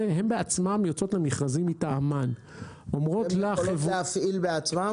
בעצמן יוצאות למכרזים מטעמן --- הן יכולות להפעיל בעצמן?